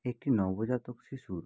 একটি নবজাতক শিশুর